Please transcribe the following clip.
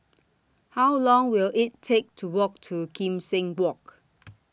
How Long Will IT Take to Walk to Kim Seng Walk